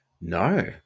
No